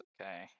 okay